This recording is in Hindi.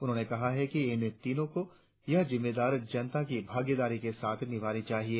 उन्होंने कहा कि इन तीनों को यह जिम्मेदारी जनता की भागीदारी के साथ निभानी चाहिए